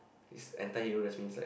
is anti hero that means like